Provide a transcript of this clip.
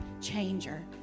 changer